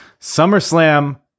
SummerSlam